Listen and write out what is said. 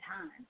time